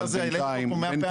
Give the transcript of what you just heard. את הנושא הזה העלית פה מאה פעם.